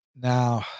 Now